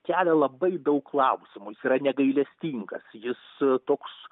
kelia labai daug klausimų jis yra negailestingas jis toks